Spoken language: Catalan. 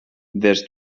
des